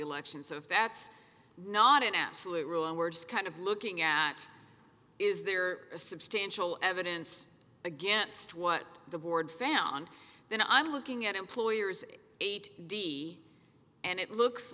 election so if that's not an absolute rule and we're just kind of looking at is there a substantial evidence against what the board found then i'm looking at employer's eight d and it looks